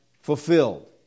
fulfilled